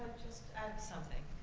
add something,